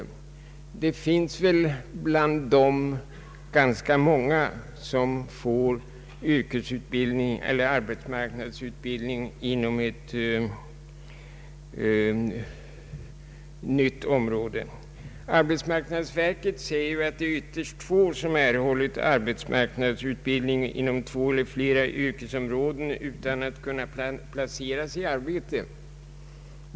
Det finns alltså bland dem säkerligen ganska många som fått arbetsmarknadsutbildning inom ett nytt område. Arbetsmarknadsverket säger att det är ytterst få som erhållit arbetsmarknadsutbildning inom två eller fler yrkesområden utan att kunna placeras i arbete.